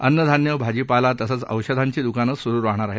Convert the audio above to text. अन्नधान्य भाजीपाला तसंच औषधांची दुकानं सुरु राहणार आहेत